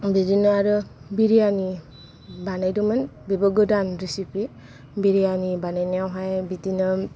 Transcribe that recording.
बिदिनो आरो बिरियानि बानायदोंमोन बेबो गोदान रिचिपि बिरियानि बानायनायाव बिदिनो